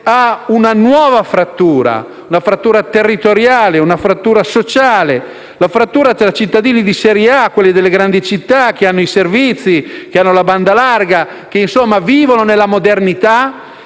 ad una nuova frattura territoriale, una frattura sociale tra cittadini di serie A, quelli delle grandi città che hanno i servizi, che hanno la banda larga e che vivono nella modernità,